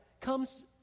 comes